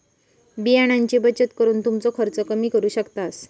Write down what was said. बियाण्यांची बचत करून तुमचो खर्च कमी करू शकतास